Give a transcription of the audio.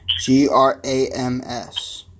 G-R-A-M-S